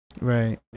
right